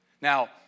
Now